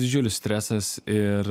didžiulis stresas ir